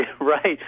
right